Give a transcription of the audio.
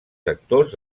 sectors